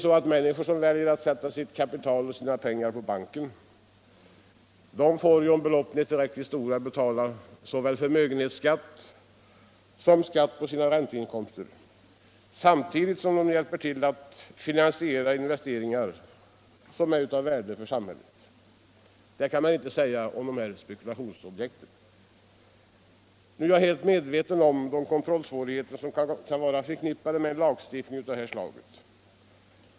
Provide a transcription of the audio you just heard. De människor som väljer att sätta in sitt kapital och sina pengar på bank får — om beloppen är tillräckligt stora — betala såväl förmögenhetsskatt som skatt på sina ränteinkomster, samtidigt som de hjälper till att finansiera investeringar som är av värde för samhället. Det kan man inte säga beträffande dessa spekulationsobjekt. Jag är helt medveten om de kontrollsvårigheter som kan vara förknippade med en lagstiftning av det här slaget.